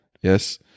Yes